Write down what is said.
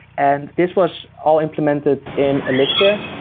and this was all implemented in elixir.